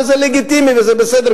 וזה לגיטימי וזה בסדר,